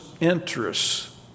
interests